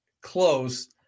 close